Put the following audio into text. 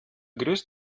grüßt